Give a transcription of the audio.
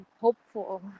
hopeful